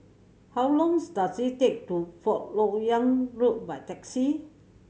how long does it take to Fourth Lok Yang Road by taxi